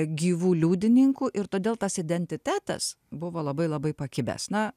gyvų liudininkų ir todėl tas identitetas buvo labai labai pakibęs na